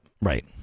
right